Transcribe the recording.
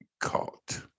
caught